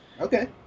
Okay